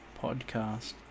podcast